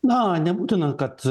na nebūtina kad